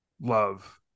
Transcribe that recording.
love